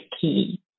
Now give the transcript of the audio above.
key